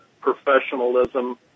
professionalism